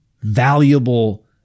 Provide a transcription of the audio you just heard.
valuable